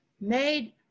made